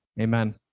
Amen